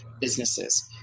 businesses